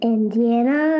Indiana